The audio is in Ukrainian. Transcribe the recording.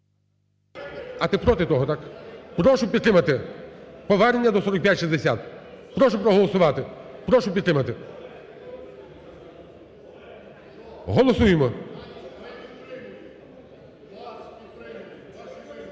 А ти проти того, так. Прошу підтримати повернення до 4560. Прошу проголосувати, прошу підтримати. Голосуємо.